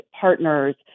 partners